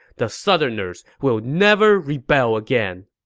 the southerners will never rebel again!